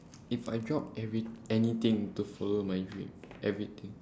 if I drop every~ anything to follow my dream everything